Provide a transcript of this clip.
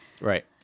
right